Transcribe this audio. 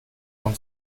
und